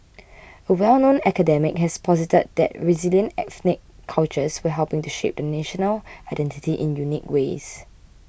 a well known academic has posited that resilient ethnic cultures were helping to shape the national identity in unique ways